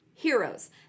heroes